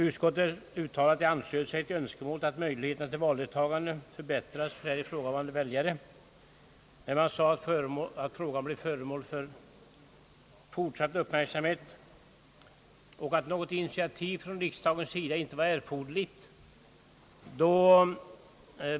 Utskottet uttalade, att det ansluter sig till önskemålet, att möjligheterna till valdeltagande förbättras och att frågan bör bli föremål för fortsatt uppmärksamhet. Man framhöll vidare att något initiativ från riksdagens sida inte var erforderligt härför.